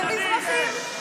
את גזענית.